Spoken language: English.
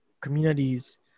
communities